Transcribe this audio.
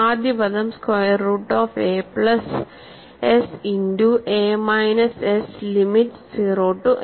ആദ്യ പദം square root of A plus S into A minus S limit 0 to a